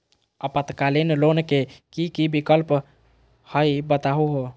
अल्पकालिक लोन के कि कि विक्लप हई बताहु हो?